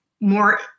more